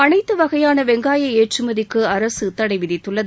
அனைத்து வகையான வெங்காய ஏற்றுமதிக்கு அரசு தடை விதித்துள்ளது